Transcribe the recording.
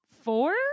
four